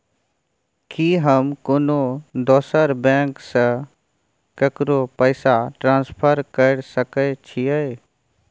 की हम कोनो दोसर बैंक से केकरो पैसा ट्रांसफर कैर सकय छियै?